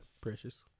precious